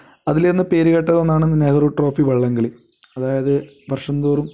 അതിൽ തന്നെ പേരുകേട്ട ഒന്നാണ് നെഹ്റു ട്രോഫി വള്ളംകളി അതായത് വർഷംതോറും